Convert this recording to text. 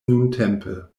nuntempe